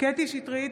קטי קטרין שטרית,